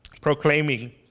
proclaiming